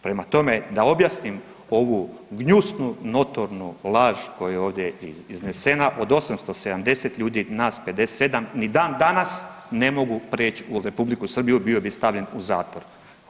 Prema tome, da objasnim ovu gnjusnu notornu laž koja je ovdje iznesena, od 870 ljudi nas 57 ni dan danas ne mogu preć u Republiku Srbiju, bio bi stavljen u zatvor.